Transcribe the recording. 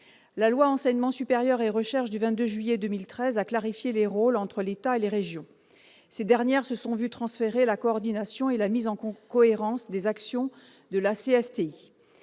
à l'enseignement supérieur et à la recherche a clarifié les rôles entre l'État et les régions. Ces dernières se sont vues transférer la coordination et la mise en cohérence des actions de la CSTI.